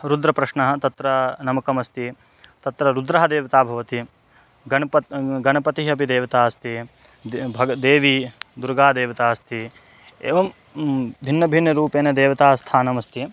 रुद्रप्रश्नः तत्र नमकमस्ति तत्र रुद्रः देवता भवति गणपतिः गणपतिः अपि देवता अस्ति तद् भगवती देवी दुर्गादेवता अस्ति एवं भिन्नभिन्नरूपेण देवतास्थानमस्ति